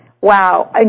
wow